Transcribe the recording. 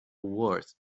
wars